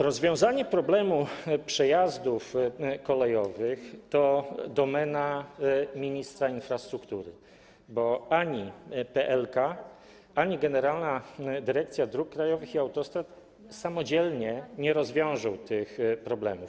Rozwiązanie problemu przejazdów kolejowych to domena ministra infrastruktury, bo ani PLK, ani Generalna Dyrekcja Dróg Krajowych i Autostrad samodzielnie nie rozwiążą tych problemów.